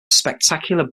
spectacular